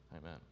Amen